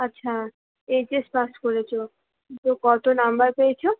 আচ্ছা এইচএস পাশ করেছো তো কত নাম্বার পেয়েছো